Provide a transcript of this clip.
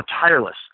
tireless